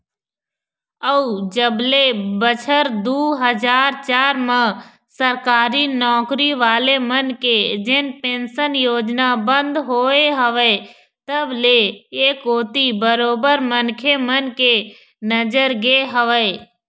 अउ जब ले बछर दू हजार चार म सरकारी नौकरी वाले मन के जेन पेंशन योजना बंद होय हवय तब ले ऐ कोती बरोबर मनखे मन के नजर गे हवय